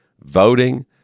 voting